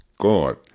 God